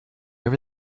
over